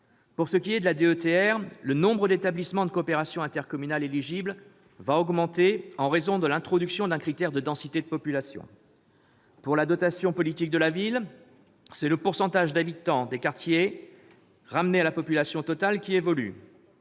Pour ce qui est de la DETR, le nombre d'établissements de coopération intercommunale éligibles va augmenter en raison de l'introduction d'un critère de densité de population. Pour la dotation politique de la ville, la DPV, c'est le pourcentage d'habitants des quartiers politique de la ville ramené à la population totale qui évolue.